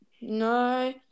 No